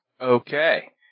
Okay